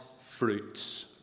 fruits